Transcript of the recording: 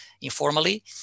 informally